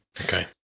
Okay